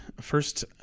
first